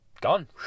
Gone